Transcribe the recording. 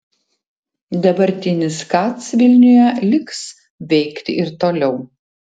dabartinis kac vilniuje liks veikti ir toliau